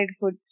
food